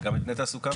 וגם מבני תעסוקה.